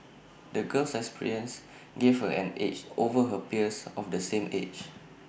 the girl's experiences gave her an edge over her peers of the same age